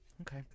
Okay